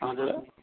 हजुर